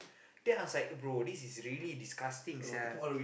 then I was like bro this is really disgusting sia